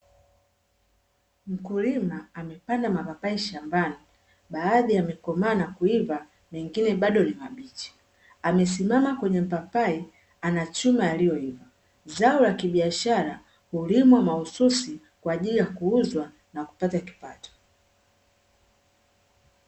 Mkulima amepanda mapapai shambani, baadhi yamekomaa na kuiva, mengine bado ni mabichi. Amesimama kwenye mpapai, anachuma yaliyoiva. Zao la kibiashara hulimwa mahususi kwa ajili ya kuuzwa na kupata kipato.